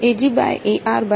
વિદ્યાર્થી